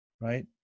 right